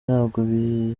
ntabwo